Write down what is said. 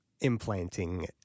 implanting